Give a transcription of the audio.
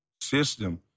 system